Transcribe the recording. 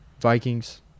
Vikings